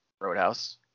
Roadhouse